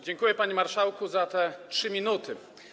Dziękuję, panie marszałku, za te 3 minuty.